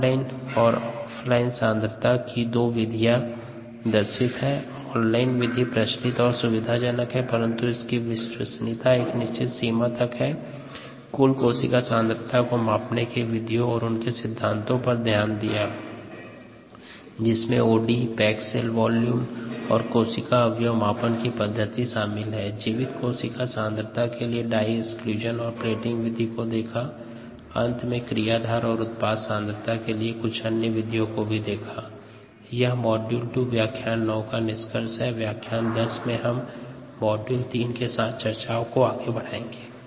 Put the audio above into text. on line और offline सांद्रता मापन दो प्रमुख विधि है 3 के साथ चर्चाओं को आगे ले जाएंगे